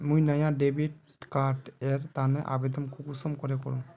मुई नया debit card एर तने आवेदन कुंसम करे करूम?